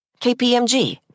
KPMG